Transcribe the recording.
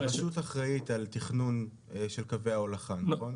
והרשות אחראית על תכנון של קווי ההולכה, נכון?